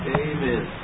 David